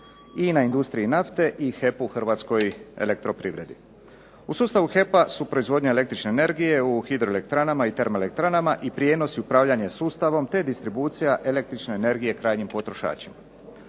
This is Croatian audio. INA Industriji nafte i HEP-u, Hrvatskoj elektroprivredi. U sustavu HEP-a su proizvodnja električne energije u hidroelektranama i termoelektranama i prijenosi upravljanja sustavom te distribucija električne energije krajnjim potrošačima.